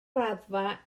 raddfa